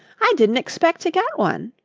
i didn't expect to get one.